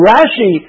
Rashi